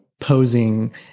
posing